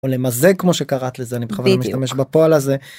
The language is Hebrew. או למזג כמו שקראת לזה אני בכוונה, בדיוק, משתמש בפועל הזה.